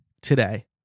today